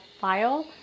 file